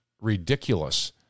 ridiculous